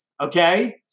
okay